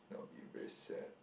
if not I'll be very sad